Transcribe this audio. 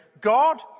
God